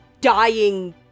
dying